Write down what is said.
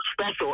special